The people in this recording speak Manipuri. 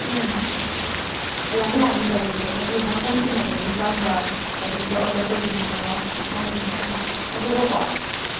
ꯎꯝ ꯌꯥꯅꯤ ꯌꯥꯅꯤ ꯂꯩꯌꯦ ꯃꯆꯨ ꯃꯈꯜ ꯁꯨꯅ ꯂꯩꯅꯤ ꯀꯔꯝꯕ ꯃꯆꯨꯗ ꯑꯣꯔꯗꯔ ꯇꯧꯕꯤꯅꯤꯡꯕꯅꯣ ꯍꯦꯛꯇ ꯍꯥꯏꯕꯤꯌꯨ ꯌꯥꯅꯤ ꯑꯗꯨꯒꯀꯣ